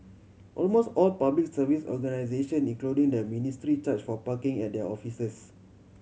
almost all Public Service organisation including the ministry charge for parking at their offices